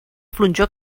flonjor